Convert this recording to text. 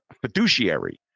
fiduciary